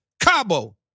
Cabo